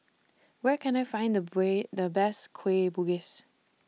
Where Can I Find The The Best Kueh Bugis